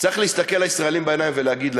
צריך להסתכל לישראלים בעיניים ולומר להם.